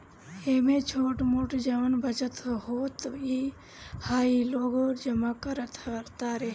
एमे छोट मोट जवन बचत होत ह लोग उ जमा करत तारे